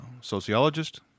sociologist